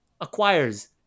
acquires